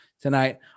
tonight